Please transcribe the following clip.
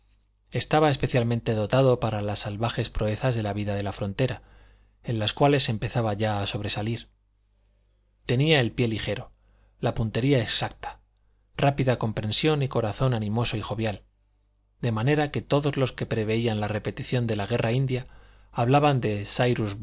estaba especialmente dotado para las salvajes proezas de la vida de la frontera en las cuales empezaba ya a sobresalir tenía el pie ligero la puntería exacta rápida comprensión y corazón animoso y jovial de manera que todos los que preveían la repetición de la guerra india hablaban de